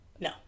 No